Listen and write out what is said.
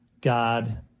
God